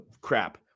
crap